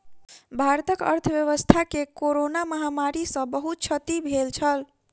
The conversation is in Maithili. भारतक अर्थव्यवस्था के कोरोना महामारी सॅ बहुत क्षति भेल छल